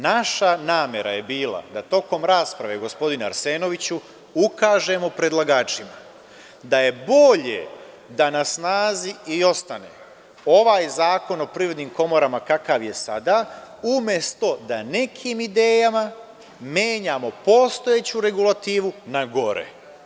Naša namera je bila da tokom rasprave gospodine Arsenoviću, ukažemo predlagačima da je bolje da na snazi i ostane ovaj Zakon o Privrednim komorama kakav je sada, umesto da nekim idejama menjamo postojeću regulativu na gore.